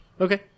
Okay